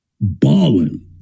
balling